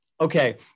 Okay